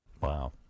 Wow